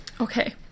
Okay